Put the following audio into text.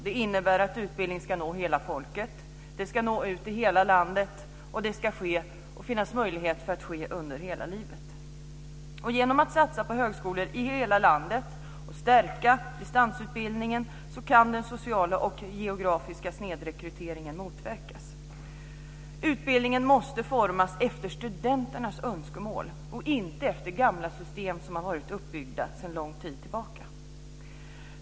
Det innebär att utbildning ska nå hela folket, den ska nå ut i hela landet och det ska finnas möjlighet att den sker under hela livet. Genom att vi satsar på högskolor i hela landet och stärka distansutbildningen kan den sociala och geografiska snedrekryteringen motverkas. Utbildningen måste formas efter studenternas önskemål och inte efter gamla system som har varit uppbyggda sedan lång tid tillbaka.